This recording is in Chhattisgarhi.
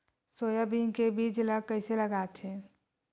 सोयाबीन के बीज ल कइसे लगाथे?